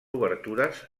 obertures